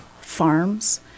farms